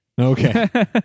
Okay